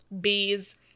Bees